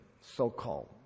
so-called